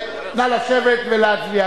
נא לשבת ולהצביע,